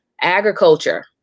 agriculture